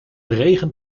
regent